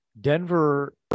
Denver